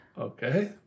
Okay